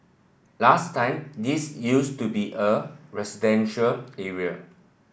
last time this used to be a residential